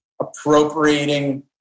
appropriating